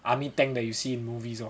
army tank that you see in movies lor